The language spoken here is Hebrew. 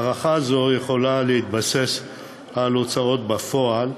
הערכה זו יכולה להתבסס על הוצאות בפועל,